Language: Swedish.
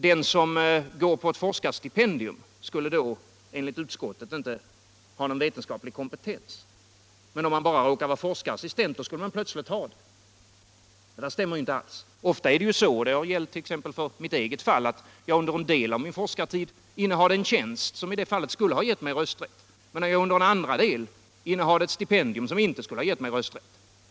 Den som har ett forskarstipendium skulle då enligt utskottet inte ha vetenskaplig kompetens, men om han bara råkar vara forskare skulle han plötsligt ha sådan kompetens! Det stämmer inte alls. I mitt eget fall har det gällt —- och ofta är det så — att jag under en del av min forskartid innehade en tjänst, som i det fallet skulle ha gett mig rösträtt, men under en annan tid innehade jag ett stipendium, som inte skulle ha gett mig rösträtt.